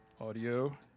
audio